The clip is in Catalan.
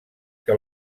que